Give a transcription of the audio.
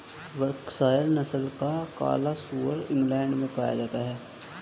Berkshire नस्ल का काला सुअर इंग्लैण्ड में पाया जाता है